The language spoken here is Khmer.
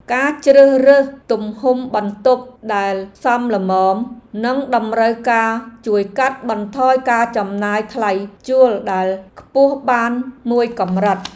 ការជ្រើសរើសទំហំបន្ទប់ដែលសមល្មមនឹងតម្រូវការជួយកាត់បន្ថយការចំណាយថ្លៃជួលដែលខ្ពស់បានមួយកម្រិត។